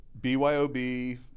BYOB